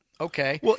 okay